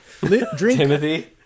Timothy